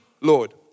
Lord